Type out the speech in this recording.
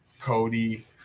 Cody